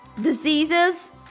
Diseases